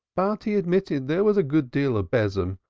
but he admitted there was a good deal of besom,